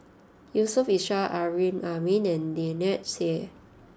Yusof Ishak Amrin Amin and Lynnette Seah